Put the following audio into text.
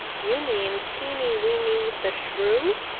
you mean teeny weeny the shrew,